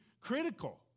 critical